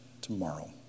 tomorrow